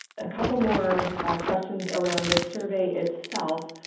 a couple more questions around the survey itself.